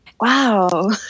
Wow